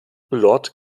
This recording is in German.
lord